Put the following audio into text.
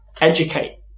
educate